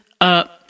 up